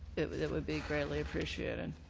it it would be greatly appreciated. and